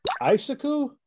Isaku